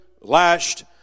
lashed